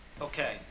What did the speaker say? Okay